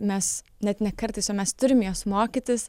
mes net ne kartais o mes turime jos mokytis